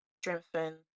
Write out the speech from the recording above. strengthen